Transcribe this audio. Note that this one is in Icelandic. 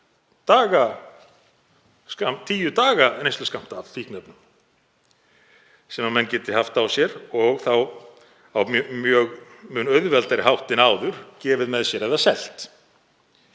tíu daga neysluskammt af fíkniefnum sem menn geti haft á sér og þá á mun auðveldari hátt en áður gefið með sér eða selt.